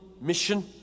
Mission